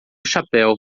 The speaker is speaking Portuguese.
chapéu